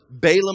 Balaam